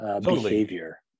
behavior